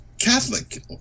Catholic